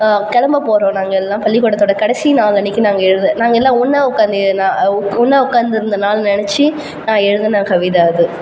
கிளம்பப் போகிறோம் நாங்கள் எல்லா பள்ளிக்கூடத்தோடய கடைசி நாள் அன்றைக்கு நாங்கள் எழுத நாங்கள் எல்லாம் ஒன்றா உட்காந்து எழுதின ஒன்றா உட்காந்துருந்த நாள் நினச்சி நான் எழுதின கவிதை அது